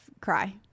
Cry